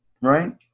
Right